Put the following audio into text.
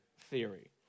theory